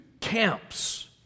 camps